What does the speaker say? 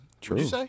True